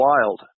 Wild